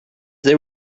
they